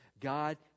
God